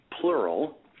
plural